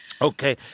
Okay